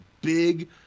big